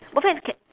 both hands can